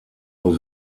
nur